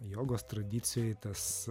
jogos tradicijoj tas